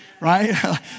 right